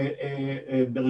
היא נמצאת בכל מקום בדרום,